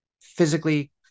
physically